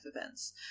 events